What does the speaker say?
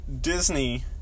Disney